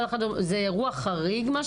זה אירוע חריג?